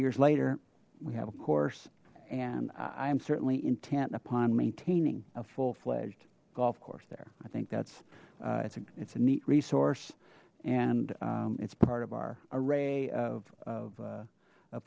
years later we have a course and i am certainly intent upon maintaining a full fledged golf course there i think that's it's a it's a neat resource and it's part of our array of